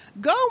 Go